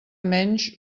menys